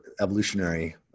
evolutionary